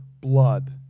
blood